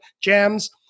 jams